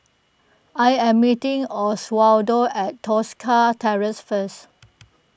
I am meeting Oswaldo at Tosca Terrace first